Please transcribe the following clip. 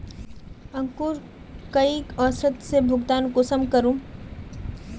अंकूर कई औसत से भुगतान कुंसम करूम?